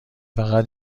فقط